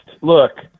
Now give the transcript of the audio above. Look